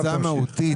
המלצה מהותית